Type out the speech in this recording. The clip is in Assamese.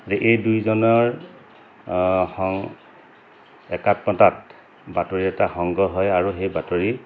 এতিয়া এই দুইজনৰ একাত্মতাত বাতৰি এটা সংগ্ৰহ হয় আৰু সেই বাতৰি